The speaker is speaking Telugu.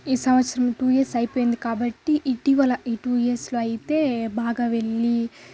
ఈ సంవత్సరం టూ ఇయర్స్ అయిపోయింది కాబట్టి ఇటీవల ఈ టూ ఇయర్స్లో అయితే బాగా వెళ్లి